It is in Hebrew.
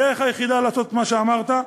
הדרך היחידה לעשות את מה שאמרת,